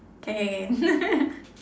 K